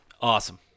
Awesome